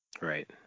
Right